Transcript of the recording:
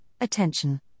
attention